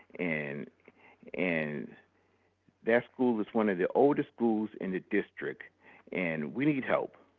and and that school is one of the oldest schools in the district and we need help,